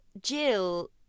Jill